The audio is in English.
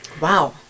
Wow